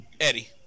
Eddie